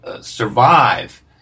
survive